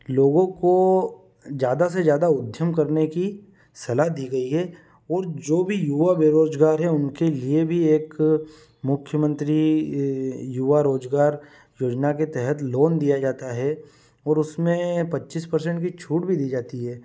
लोगों को जादा से जादा उद्यम करने की सलाह दी गई है और जो भी युवा बेरोजगार हैं उनके लिए भी एक मुख्यमंत्री युवा रोजगार योजना के तहत लोन दिया जाता है और उसमें पच्चीस परसेंट की छूट भी दी जाती है